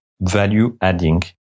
value-adding